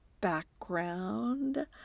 background